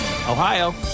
Ohio